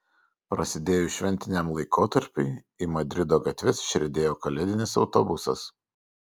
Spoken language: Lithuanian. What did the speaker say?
prasidėjus šventiniam laikotarpiui į madrido gatves išriedėjo kalėdinis autobusas